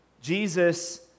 Jesus